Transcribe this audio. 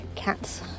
cats